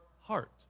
heart